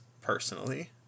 personally